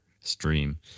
stream